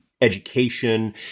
education